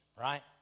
right